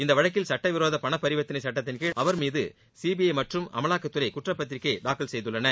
இந்த வழக்கில் சட்டவிரோத பன பரிவர்த்தளை சட்டத்தின்கீழ் அவர் மீது சிபிஐ மற்றும் அமலாக்கத்துறை குற்றப்பத்திரிக்கை தாக்கல் செய்துள்ளன